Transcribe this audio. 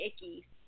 icky